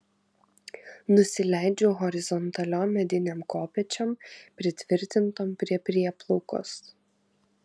nusileidžiu horizontaliom medinėm kopėčiom pritvirtintom prie prieplaukos